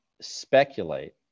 speculate